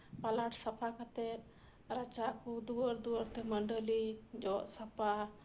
ᱯᱟᱞᱟᱴ ᱥᱟᱯᱷᱟ ᱠᱟᱛᱮᱜ ᱫᱩᱣᱟᱹᱨ ᱫᱩᱣᱟᱹᱨ ᱢᱟᱹᱰᱟᱹᱞᱤ ᱡᱚᱜ ᱥᱟᱯᱷᱟ